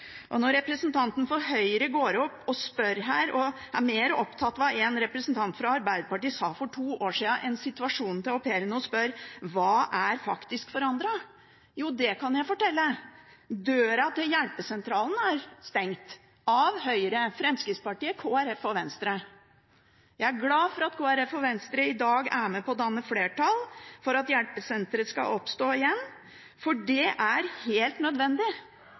Representanten for Høyre er mer opptatt av hva en representant fra Arbeiderpartiet sa for to år siden, enn hva situasjonen er for au pairene, og går opp og spør: Hva er faktisk forandret? Jo, det kan jeg fortelle. Døra til hjelpesentralen er stengt – av Høyre, Fremskrittspartiet, Kristelig Folkeparti og Venstre. Jeg er glad for at Kristelig Folkeparti og Venstre i dag er med på å danne flertall for at hjelpesentret skal oppstå igjen. Det er helt nødvendig,